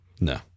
No